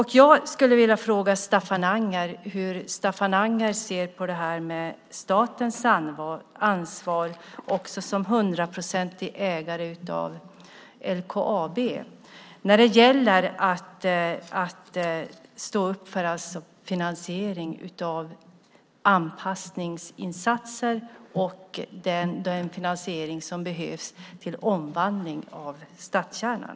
Hur ser Staffan Anger på statens ansvar som hundraprocentig ägare av LKAB när det gäller att stå upp för finansiering av anpassningsinsatser och omvandling av stadskärnan?